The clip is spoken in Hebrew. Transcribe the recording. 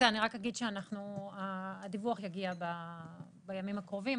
אני רק אומר שהדיווח יגיע בימים הקרובים.